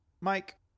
Mike